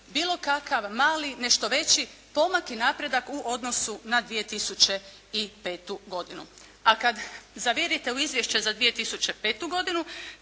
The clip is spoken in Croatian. bilo kakav mali, nešto veći pomak i napredak u odnosu na 2005. godinu. A kad zavirite u izvješće za 2005. godinu